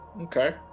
Okay